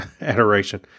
adoration